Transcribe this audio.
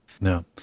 no